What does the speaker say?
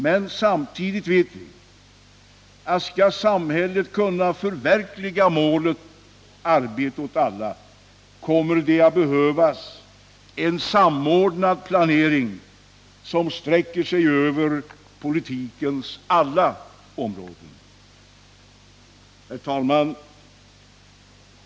Men samtidigt vet vi att om samhället skall kunna förverkliga målet arbete åt alla, kommer det att behövas en samordnad planering som sträcker sig över politikens alla områden. Herr talman!